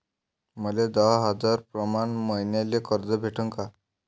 मले दहा हजार प्रमाण मईन्याले कर्ज भेटन का?